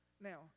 Now